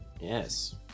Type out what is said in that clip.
Yes